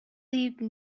league